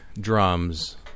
drums –